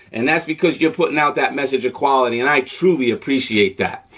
and that's because you're putting out that message of quality, and i truly appreciate that.